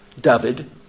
David